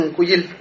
Kujil